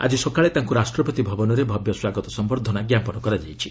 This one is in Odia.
ଆଜି ସକାଳେ ତାଙ୍କୁ ରାଷ୍ଟ୍ରପତି ଭବନରେ ଭବ୍ୟ ସ୍ୱାଗତ ସମ୍ଭର୍ଦ୍ଧନା ଜ୍ଞାପନ କରାଯାଇଛି